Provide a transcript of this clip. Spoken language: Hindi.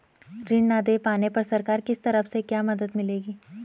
ऋण न दें पाने पर सरकार की तरफ से क्या मदद मिलेगी?